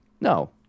No